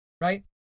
right